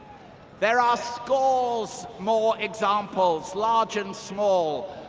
there are scores more examples, large and small,